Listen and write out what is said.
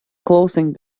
clothing